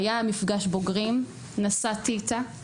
והיה מפגש בוגרים נסעתי איתה,